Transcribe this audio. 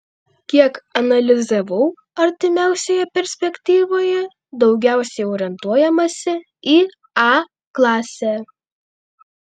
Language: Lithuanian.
kiek analizavau artimiausioje perspektyvoje daugiausiai orientuojamasi į a klasę